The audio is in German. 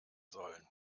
sollen